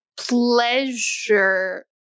Pleasure